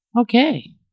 Okay